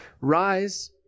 Rise